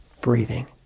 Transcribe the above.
breathing